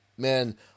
man